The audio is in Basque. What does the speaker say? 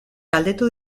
galdetu